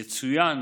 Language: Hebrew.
יצוין